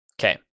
okay